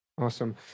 Awesome